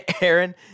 Aaron